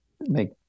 make